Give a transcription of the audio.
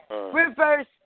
Reverse